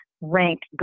ranked